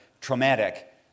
traumatic